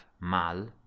mal